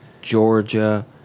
Georgia